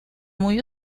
muy